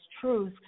truth